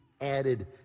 added